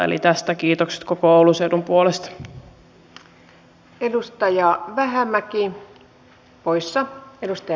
eli tästä kiitokset koko oulun seudun puolesta